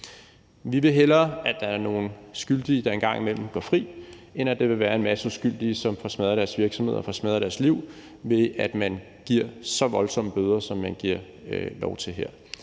Vi vil hellere, at der er nogle skyldige, der en gang imellem går fri, end at der vil være en masse uskyldige, som får smadret deres virksomheder og får smadret deres liv, ved at der kan gives så voldsomme bøder, som man giver lov til her.